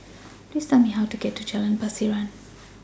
Please Tell Me How to get to Jalan Pasiran